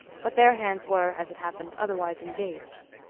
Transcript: but their hands were, as it happened, otherwise engaged.